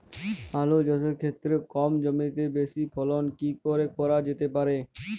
আলু চাষের ক্ষেত্রে কম জমিতে বেশি ফলন কি করে করা যেতে পারে?